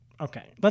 Okay